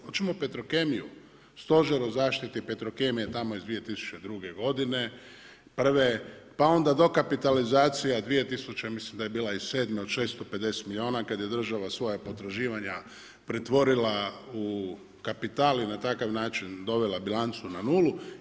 Hoćemo Petrokemiju, Stožer o zaštiti Petrokemije tamo iz 2002. godine, prve, pa onda dokapitalizacija 2000. ja mislim da je bila sedme od 650 milijuna kad je država svoja potraživanja pretvorila u kapital i na takav način dovela bilancu na nulu.